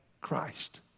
Christ